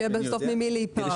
כדי שבסוף יהיה ממי להיפרע.